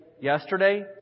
yesterday